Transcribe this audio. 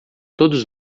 todos